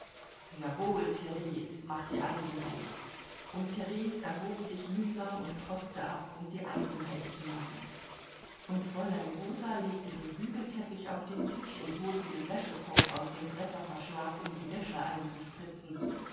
jawohl theres mach die eisen heiß und theres erhob sich mühsam und troßte ab um die eisen heiß zu machen und fräulein rosa legte den bügelteppich auf den tisch und holte den wäschekorb aus dem bretterverschlag um die wäsche einzuspritzen